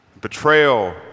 betrayal